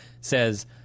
says